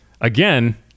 again